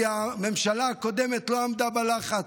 כי הממשלה הקודמת לא עמדה בלחץ.